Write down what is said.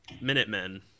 Minutemen